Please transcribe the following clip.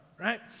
right